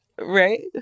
Right